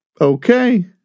Okay